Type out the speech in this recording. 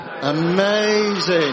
Amazing